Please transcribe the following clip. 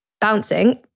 bouncing